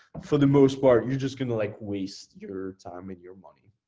for the most part, you're just gonna like waste your time and your money.